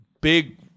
big